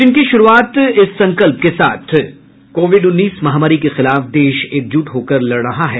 bulletin की शुरूआत से पहले ये संकल्प कोविड उन्नीस महामारी के खिलाफ देश एकजुट होकर लड़ रहा है